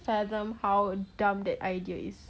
fathom how dumb that idea is